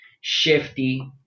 shifty